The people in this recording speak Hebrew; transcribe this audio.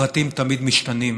תמיד משתנים.